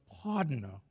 partner